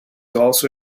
also